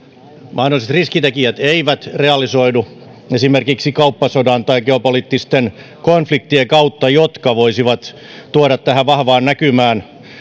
mahdolliset riskitekijät eivät realisoidu esimerkiksi kauppasodan tai geopoliittisten konfliktien kautta jotka voisivat tuoda tähän vahvaan näkymään